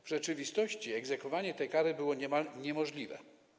W rzeczywistości egzekwowanie tej kary było niemal niemożliwe.